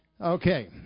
Okay